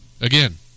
Again